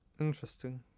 Interesting